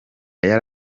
yari